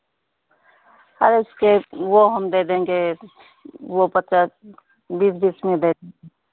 अरे इसके वो हम दे देंगे वो पचास बीस बीस में दै देंगे